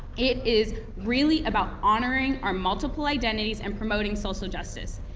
it is really about honoring our multiple identities and promoting social justice.